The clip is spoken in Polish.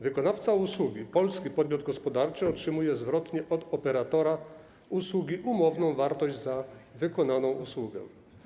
Wykonawca usługi, polski podmiot gospodarczy, otrzymuje zwrot od operatora usługi umowną wartość za wykonaną usługę.